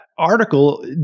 Article